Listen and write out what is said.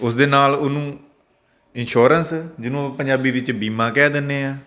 ਉਸ ਦੇ ਨਾਲ ਉਹਨੂੰ ਇੰਸ਼ੋਰੈਂਸ ਜਿਹਨੂੰ ਪੰਜਾਬੀ ਵਿੱਚ ਬੀਮਾ ਕਹਿ ਦਿੰਦੇ ਹਾਂ